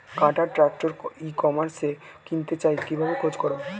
কাটার tractor ই কমার্সে কিনতে চাই কিভাবে খোঁজ করো?